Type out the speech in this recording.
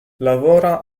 lavora